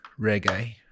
reggae